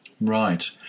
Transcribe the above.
right